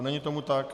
Není tomu tak.